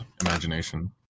imagination